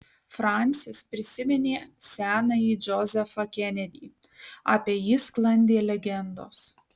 fransis prisiminė senąjį džozefą kenedį apie jį sklandė legendos